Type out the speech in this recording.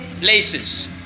places